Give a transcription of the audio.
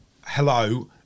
Hello